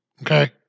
Okay